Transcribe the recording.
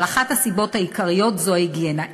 אבל אחת הסיבות העיקריות זו ההיגיינה.